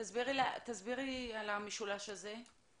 תסבירי על המשולש הזה.